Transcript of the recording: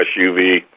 SUV